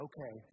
Okay